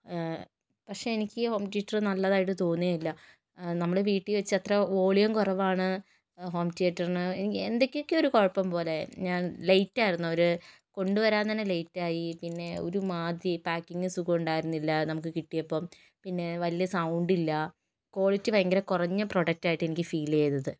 പക്ഷെ എനിക്ക് home theatre നല്ലതായിട്ട് തോന്നിയില്ല നമ്മൾ വീട്ടിൽ വെച്ച് അത്ര വോളിയം കുറവാണ് ഹോം തിയെറ്ററിന് എനിക്ക് എന്തൊക്കെയോ ഒരു കുഴപ്പം പോലെ ഞാൻ ലേറ്റ് ആയിരുന്നു അവർ കൊണ്ട് വരാൻ തന്നെ ലേറ്റായി പിന്നെ ഒരു മാതിരി പാക്കിങ്ങ് സുഖം ഉണ്ടായിരുന്നില്ല നമുക്ക് കിട്ടിയപ്പം പിന്നെ വലിയ സൗണ്ടില്ല കോളിറ്റി ഭയങ്കര കുറഞ്ഞ പ്രൊഡക്റ്റായിട്ട് എനിക്ക് ഫീൽ ചെയ്തത്